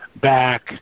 back